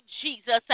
Jesus